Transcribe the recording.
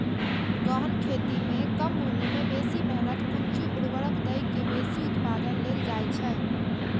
गहन खेती मे कम भूमि मे बेसी मेहनत, पूंजी, उर्वरक दए के बेसी उत्पादन लेल जाइ छै